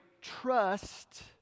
trust